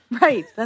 right